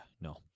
no